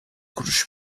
kuruş